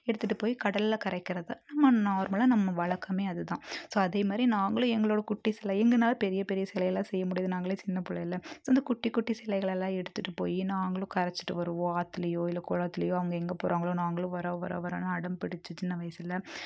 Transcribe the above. எடுத்துகிட்டு போய் கடலில் கரைக்கிறது நம்ம நார்மலாக நம்ம வழக்கம் அதுதான் ஸோ அதே மாதிரி நாங்களும் எங்களோடய குட்டி சிலை எங்களாலும் பெரிய பெரிய சிலையெல்லாம் செய்ய முடியாது நாங்களே சின்ன பிள்ளைல ஸோ அந்த குட்டி குட்டி சிலைகளை எல்லாம் எடுத்துகிட்டு போய் நாங்களும் கரைச்சுட்டு வருவோம் ஆற்றுலியோ இல்லை குளத்துலியோ அவங்க எங்கே போகிறாங்களோ நாங்களும் வர்ற வர்ற வர்றன்னு அடம் பிடிச்சுட்டு சின்ன வயதில்